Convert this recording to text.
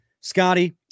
Scotty